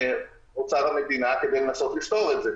אוצר המדינה כדי לנסות לפתור את זה.